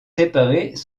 séparées